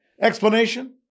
Explanation